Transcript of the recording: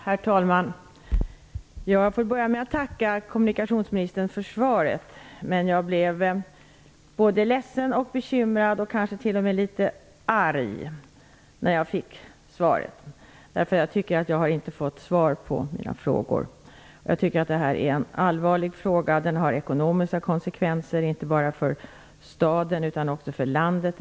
Herr talman! Jag får börja med att tacka kommunikationsministern för svaret, men jag blev både ledsen och bekymrad och kanske t.o.m. litet arg när jag fick det. Jag tycker inte att jag har fått svar på mina frågor. Jag anser att detta är en allvarlig fråga, som har ekonomiska konsekvenser inte bara för staden utan också för landet.